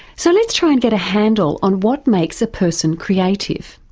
so let's try and get a handle on what makes a person creative.